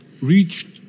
reached